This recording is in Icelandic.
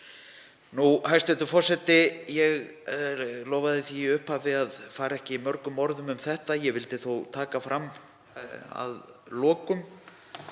Hæstv. forseti. Ég lofaði því í upphafi að fara ekki mörgum orðum um þetta en ég vildi þó taka fram að lokum